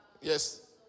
Yes